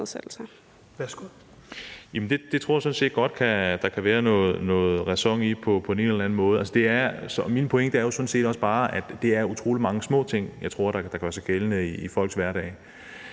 jeg sådan set godt at der kan være noget ræson i på den ene eller anden måde. Min pointe er jo sådan set også bare, at jeg tror, at det er utrolig mange små ting, der gør sig gældende i folks hverdag.